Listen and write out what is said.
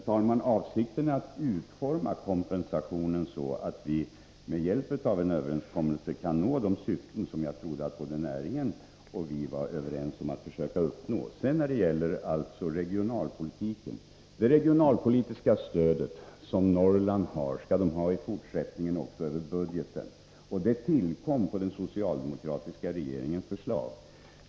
Herr talman! Avsikten är att utforma kompensationen så, att vi med hjälp av en överenskommelse kan nå de syften som jag trodde att både näringen och vi var överens om. Det regionalpolitiska stöd som Norrland har skall det ha även i fortsättningen, och det skall gå över statsbudgeten. Detta stöd tillkom på den socialdemokratiska regeringens förslag.